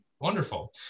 Wonderful